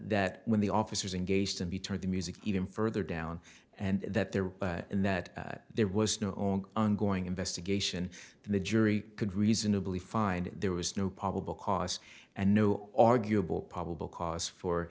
that when the officers engaged in be turned to music even further down and that there and that there was no on ongoing investigation the jury could reasonably find there was no probable cause and no arguable probable cause for